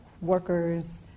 workers